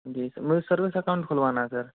जी sir मुझे service account खुलवाना है सर